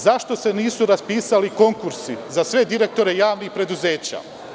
Zašto se nisu raspisali konkursi za sve direktore javnih preduzeća?